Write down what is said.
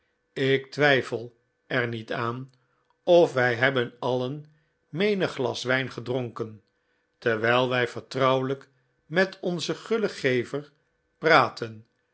ik twijfel er niet aan of wij hebben alien menig glas wijn gedronken terwijl wij vertrouwelijk met onzen gullen gever praatten